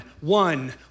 One